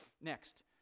next